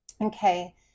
okay